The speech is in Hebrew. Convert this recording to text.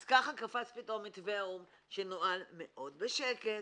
אז ככה קפץ פתאום מתווה האו"ם שנוהל מאוד בשקט,